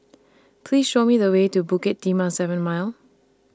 Please Show Me The Way to Bukit Timah seven Mile